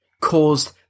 caused